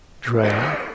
drain